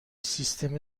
سیستم